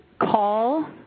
call